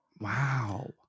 wow